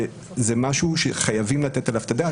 זה משהו שחייבים לתת עליו את הדעת,